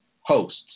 hosts